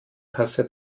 kasse